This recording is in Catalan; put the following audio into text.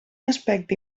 aspecte